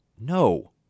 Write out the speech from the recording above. No